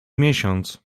miesiąc